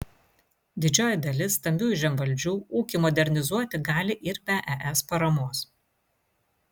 didžioji dalis stambiųjų žemvaldžių ūkį modernizuoti gali ir be es paramos